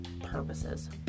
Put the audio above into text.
purposes